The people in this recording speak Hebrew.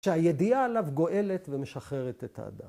‫שהידיעה עליו גואלת ‫ומשחררת את האדם.